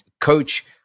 coach